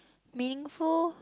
meaningful